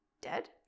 dead